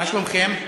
מה שלומכן?